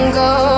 go